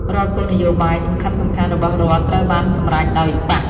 រាល់គោលនយោបាយសំខាន់ៗរបស់រដ្ឋត្រូវបានសម្រេចដោយបក្ស។